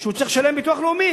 שהוא צריך לשלם ביטוח לאומי,